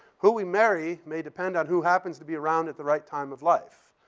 who we marry may depend on who happens to be around at the right time of life.